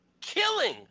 killing